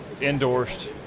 endorsed